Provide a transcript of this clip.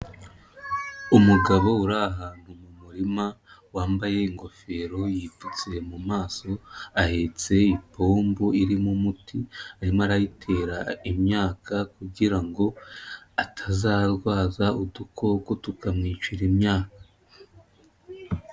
Umugabo uri ahantu mu murima wambaye ingofero yipfutse mu maso ahetse ipombo irimo umuti arimara arayitera imyaka kugira ngo atazarwaza udukoko tukamwicira imyaka.